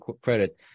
credit